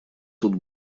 тут